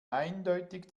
eindeutig